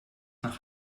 nach